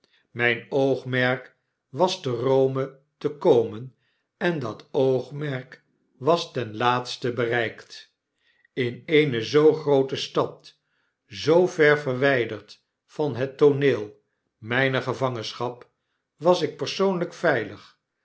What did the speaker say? myn oogmerk was te e o m e te komen en dat oogmerk was ten laatste bereikt in eene zoo groote stad zoo ver verwyderd van het tooneel myner gevangenschap was ik persoonlyk veilig